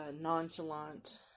nonchalant